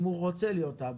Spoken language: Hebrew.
אם הוא רוצה להיות אבא,